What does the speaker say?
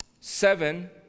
seven